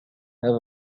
have